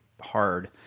hard